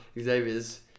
Xavier's